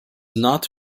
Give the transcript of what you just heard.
not